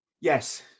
yes